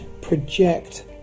project